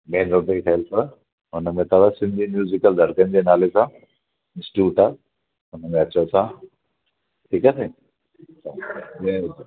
main road ई ठहियल अथव हुन में अथव सिंधी म्यूज़िकल धड़कन जे नाले सां इंस्टिट्यूट आहे हुन में अचो तव्हां ठीकु आहे साईं चङो महिर कियो